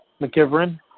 McIverin